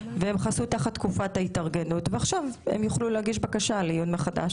והם חסו תחת תקופת ההתארגנות ועכשיו הם יוכלו להגיש בקשה לעיון מחדש.